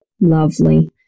Lovely